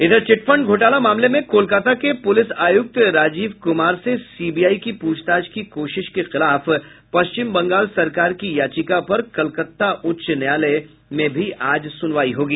इधर चिटफंड घोटाला मामले में कोलकाता के पुलिस आयुक्त राजीव कुमार से सीबीआई की प्रछताछ की कोशिश के खिलाफ पश्चिम बंगाल सरकार की याचिका पर कलकत्ता उच्च न्यायालय में भी आज सुनवाई होगी